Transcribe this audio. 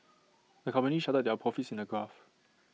the company charted their profits in A graph